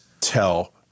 tell